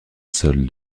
seul